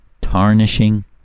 Tarnishing